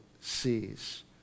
sees